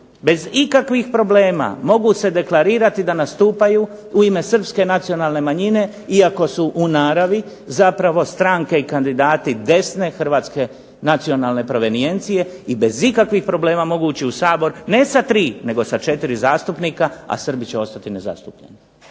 bez ikakvih problema mogu se deklarirati da nastupaju u ime Srpske nacionalne manjine, iako su u naravi stranke i kandidati desne Hrvatske nacionalne provenijencije, i bez ikakvih problema mogu ući u Sabor, ne sa tri nego sa 4 zastupnika, a Srbi će ostati nezastupljeni,